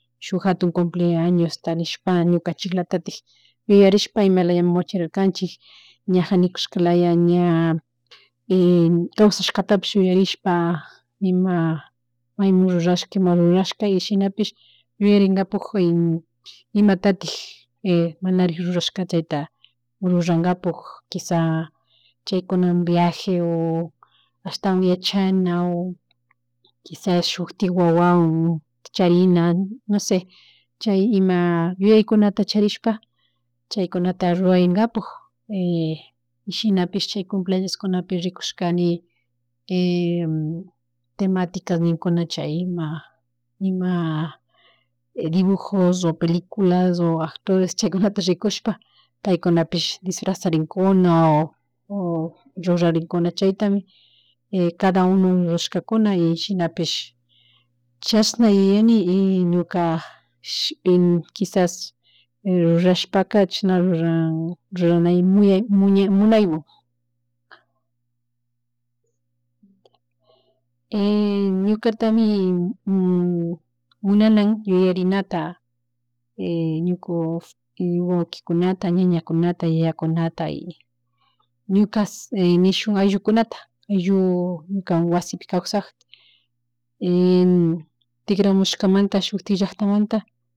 Shukk jatun cumpleañosta nishpa ñukanchilatatik yuyarishpa imalayami wacharirkanchik ñaja nikushkalaya ña kaswshashkatapish yuyarishpa ima maymun rurashka, ima rurashka y shinapish yuyarigapusk y imatatik manarik rurashkata chayta rurapak quisa chaykunamu viaje o ashtawan yachana o kisha shukrtik wawan charina nose chay ima yuyaykunata charishpa chaykunata ruragkapak shinapish chay cumpleañoskunapi rikushkani tematica ninkuna chay ima, ima dibujos o peliculas o acotoresta chaykunata rikushpa paukunapish disfransarinkuna o ruranrinkuna chaytami cada uno ruyrashkakuna y shinapish chashna yuyani y ñuka quishas rurashpaka ruranymunaypmun. (-) Ñukatami munanan yuyarinata ñuka wakikunata, ñañakuna, yaya kunata y ñuka nishun ayllukunata, ayllu ñuka wasipi kawsak tigramushkamunta shuntik llacktamunta.